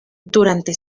durante